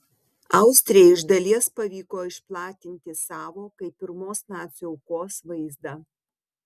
austrijai iš dalies pavyko išplatinti savo kaip pirmos nacių aukos vaizdą